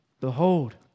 Behold